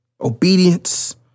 Obedience